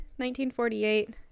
1948